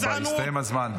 תודה רבה, הסתיים הזמן.